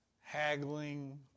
haggling